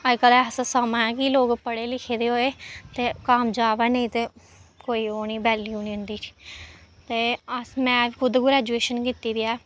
अज्जकल ऐसा समां ऐ कि लोक पढ़े लिखे दे होए ते कामजाब ऐ नेईं ते कोई ओह् निं वैल्यू निं उं'दी ते अस में खुद ग्रैजुऐशन कीती दी ऐ